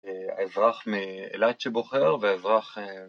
האזרח מאילת שבוחר והאזרח...